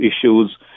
issues